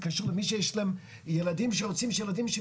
זה קשור למי שיש להם ילדים שהם רוצים שיחיו